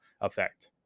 effect